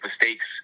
mistakes